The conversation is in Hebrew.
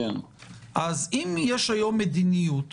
אם יש היום מדיניות